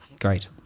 Great